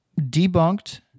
debunked